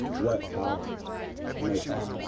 what power makes that